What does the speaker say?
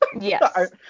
Yes